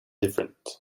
different